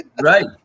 Right